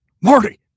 Marty